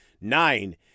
Nine